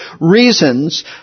reasons